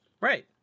Right